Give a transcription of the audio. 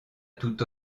tout